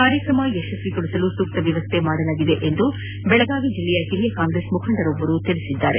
ಕಾರ್ಯಕ್ರಮ ಯಶಸ್ವಿಗೊಳಿಸಲು ಸೂಕ್ತ ವ್ಯವಸ್ಥೆ ಮಾಡಲಾಗಿದೆ ಎಂದು ಬೆಳಗಾವಿ ಜಿಲ್ಲೆಯ ಹಿರಿಯ ಕಾಂಗ್ರೆಸ್ ಮುಖಂಡರೊಬ್ಬರು ತಿಳಿಸಿದ್ದಾರೆ